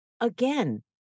Again